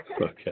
Okay